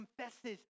confesses